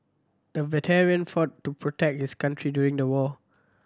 the veteran fought to protect his country during the war